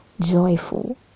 joyful